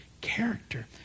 character